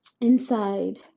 inside